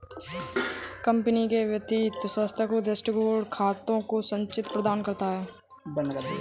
company के वित्तीय स्वास्थ्य का दृष्टिकोण खातों का संचित्र प्रदान करता है